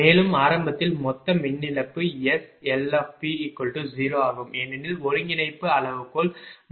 மேலும் ஆரம்பத்தில் மொத்த மின் இழப்பு SLP 0 ஆகும் ஏனெனில் ஒருங்கிணைப்பு அளவுகோல் மற்றும் SLQ 0